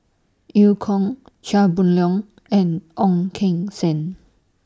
EU Kong Chia Boon Leong and Ong Keng Sen